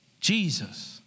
Jesus